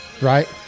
right